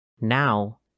Now